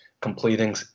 completing